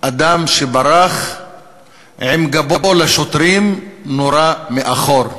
אדם שברח בגבו לשוטרים נורה מאחור.